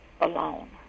alone